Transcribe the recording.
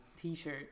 t-shirt